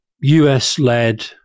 US-led